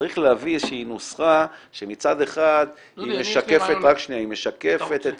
צריך להביא איזה שהיא נוסחה שמצד אחד היא משקפת את הסנקציה,